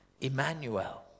Emmanuel